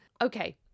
Okay